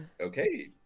okay